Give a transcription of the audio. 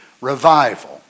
revival